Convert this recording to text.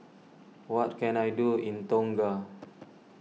what can I do in Tonga